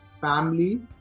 family